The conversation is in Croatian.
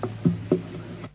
Hvala